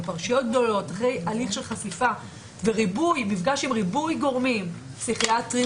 בפרשיות גדולות אחרי הליך של חשיפה ומפגש עם ריבוי גורמים פסיכיאטרים,